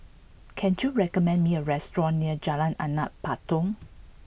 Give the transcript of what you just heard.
can you recommend me a restaurant near Jalan Anak Patong